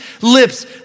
lips